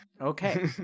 Okay